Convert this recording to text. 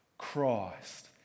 Christ